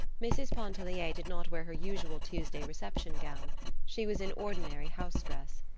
mrs. pontellier did not wear her usual tuesday reception gown she was in ordinary house dress.